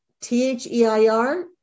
T-H-E-I-R